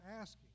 asking